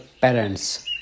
parents